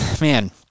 man